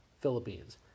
Philippines